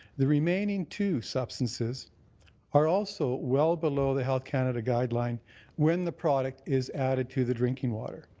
the remaining two substances are also well below the health canada guideline when the product is added to the drinking water.